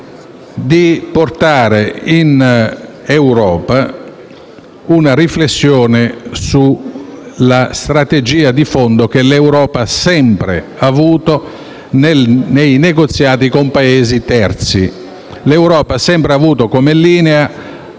di portare in Europa una riflessione sulla strategia di fondo che l'Europa sempre ha avuto nei negoziati con Paesi terzi. L'Europa ha sempre avuto come linea: